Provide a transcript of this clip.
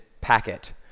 packet